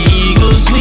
eagles